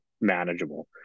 manageable